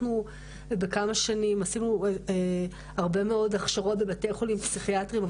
אנחנו בכמה שנים עשינו הרבה מאוד הכשרות בבתי חולים פסיכיאטריים,